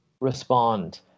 respond